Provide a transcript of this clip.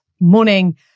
morning